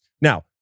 Now